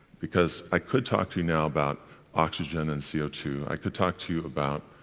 because i could talk to you now about oxygen and c o two i could talk to you about